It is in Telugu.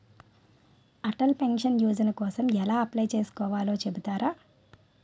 అటల్ పెన్షన్ యోజన కోసం ఎలా అప్లయ్ చేసుకోవాలో చెపుతారా?